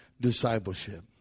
discipleship